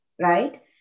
Right